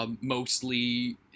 mostly